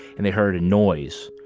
and they heard a noise.